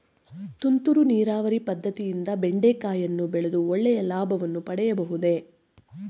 ತುಂತುರು ನೀರಾವರಿ ಪದ್ದತಿಯಿಂದ ಬೆಂಡೆಕಾಯಿಯನ್ನು ಬೆಳೆದು ಒಳ್ಳೆಯ ಲಾಭವನ್ನು ಪಡೆಯಬಹುದೇ?